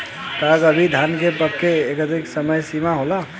का सभी धान के पके के एकही समय सीमा होला?